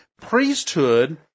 priesthood